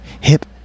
hip